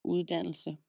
Uddannelse